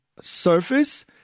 surface